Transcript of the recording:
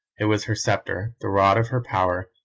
it was her sceptre, the rod of her power,